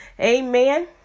Amen